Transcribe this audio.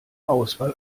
auswahl